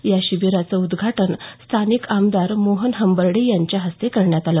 या शिबीराचं उद्घाटन स्थानीक आमदार मोहन हंबर्डे यांच्या हस्ते करण्यात आलं